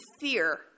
fear